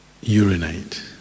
urinate